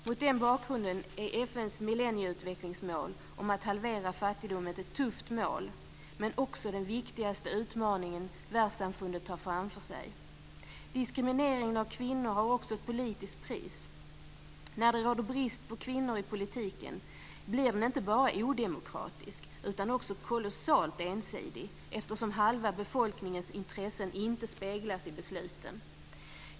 Mot den bakgrunden är FN:s millennieutvecklingsmål att halvera fattigdomen ett tufft mål, men också den viktigaste utmaningen världssamfundet har framför sig. Diskrimineringen av kvinnor har också ett politiskt pris. När det råder brist på kvinnor i politiken blir den inte bara odemokratisk utan också kolossalt ensidig, eftersom halva befolkningens intressen inte speglas i besluten.